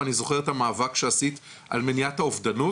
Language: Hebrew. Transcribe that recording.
ואני זוכר את המאבק שעשית על מניעת האובדנות,